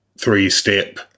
three-step